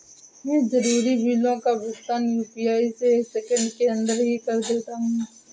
मैं जरूरी बिलों का भुगतान यू.पी.आई से एक सेकेंड के अंदर ही कर देता हूं